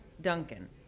Duncan